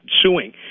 suing